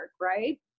right